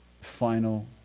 final